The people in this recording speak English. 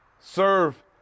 serve